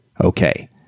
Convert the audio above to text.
Okay